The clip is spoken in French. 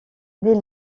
dès